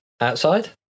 Outside